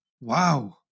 Wow